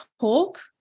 talk